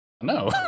No